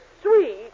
sweet